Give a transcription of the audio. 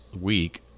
week